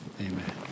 Amen